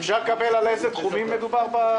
על איזה תחומים מדובר?